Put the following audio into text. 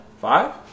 Five